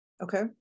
okay